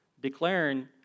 Declaring